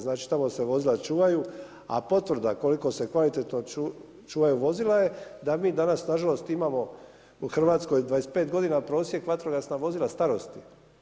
Znači tamo se vozila čuvaju a potvrda koliko se kvalitetno čuvaju vozila je da mi danas nažalost imamo u Hrvatskoj 25 godina prosjek vatrogasna vozila starosti.